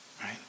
right